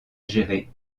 gérer